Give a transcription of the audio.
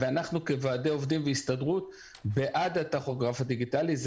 ואנחנו כוועדי עובדים והסתדרות בעד הטכוגרף הדיגיטלי,